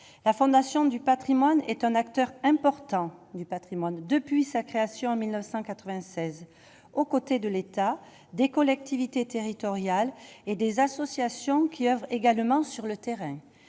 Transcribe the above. la Fondation du Patrimoine est un acteur important du Patrimoine depuis sa création en 1996 aux côtés de l'État, des collectivités territoriales et des associations qui oeuvrent également sur le terrain,